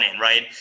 right